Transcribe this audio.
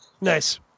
Nice